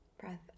breath